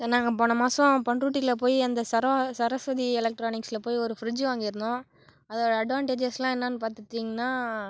sir நாங்கள் போன மாசோம் பண்ரூட்டியில் போய் அந்த சரோ சரஸ்வதி எலக்ட்ரானிக்ஸில் போய் ஒரு ஃப்ரிட்ஜ் வாங்கிருந்தோம் அதோடய அட்வாண்டேஜஸ்லா என்னென்னு பார்த்துத்தீங்கனா